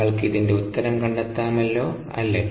നിങ്ങൾക്ക് ഇതിൻറെ ഉത്തരം കണ്ടെത്താമല്ലോ അല്ലേ